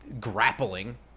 grappling